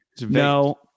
No